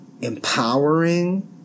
empowering